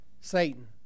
Satan